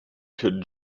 could